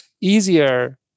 easier